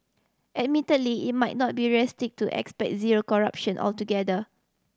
admittedly it might not be realistic to expect zero corruption altogether